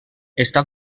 està